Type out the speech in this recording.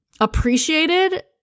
appreciated